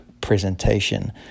presentation